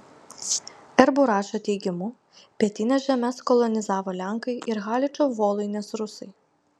r buračo teigimu pietines žemes kolonizavo lenkai ir haličo voluinės rusai